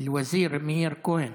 אל-וזיר מאיר כהן.